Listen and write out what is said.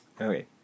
Okay